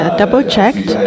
double-checked